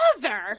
mother